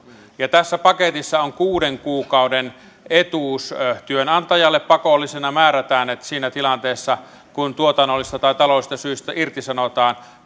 ja tässä paketissa on kuuden kuukauden etuus työnantajalle pakollisena määrätään että siinä tilanteessa kun tuotannollisista tai taloudellisista syistä irtisanotaan